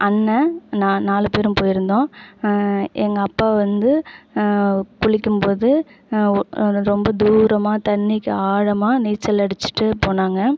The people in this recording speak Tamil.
அண்ணன் நான் நாலு பேரும் போயிருந்தோம் எங்கள் அப்பா வந்து குளிக்கும்போது ரொம்ப தூரமாக தண்ணிக்கி ஆழமாக நீச்சல் அடிச்சிட்டு போனாங்க